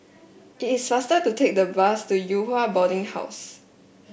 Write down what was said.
it is faster to take the bus to Yew Hua Boarding House